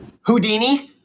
Houdini